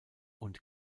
und